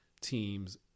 teams